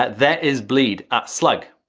that that is bleed, a slug,